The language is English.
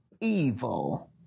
evil